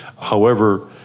however,